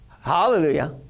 Hallelujah